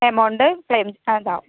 amount claim stand ആവും